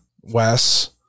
Wes